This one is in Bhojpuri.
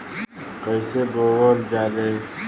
कईसे बोवल जाले?